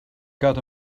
got